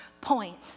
point